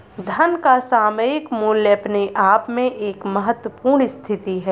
धन का सामयिक मूल्य अपने आप में एक महत्वपूर्ण स्थिति है